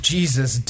Jesus